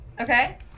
Okay